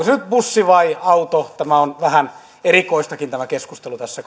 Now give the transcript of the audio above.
se nyt bussi vai auto tämä keskustelu on vähän erikoistakin tässä